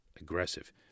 aggressive